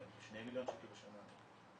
מיליון שקל בשנה.